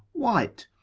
white,